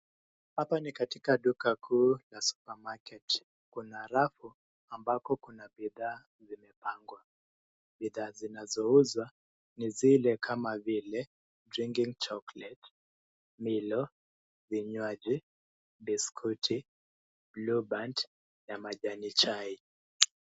Hapa ni katika duka kuu ya supermarket . Kuna rafu ambako kuna bidhaa zimepangwa. Bidhaa zinazouzwa ni zile kama vile drinking chocolate , Milo, vinywaji, biskuti, Blueband na majani chai.